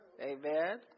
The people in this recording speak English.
Amen